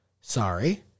Sorry